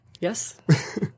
Yes